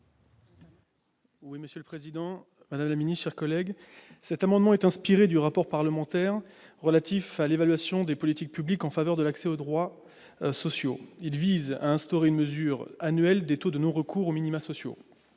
: La parole est à M. Xavier Iacovelli. Cet amendement s'inspire du rapport parlementaire relatif à l'évaluation des politiques publiques en faveur de l'accès aux droits sociaux. Il vise à instaurer une mesure annuelle des taux de non-recours aux minima sociaux,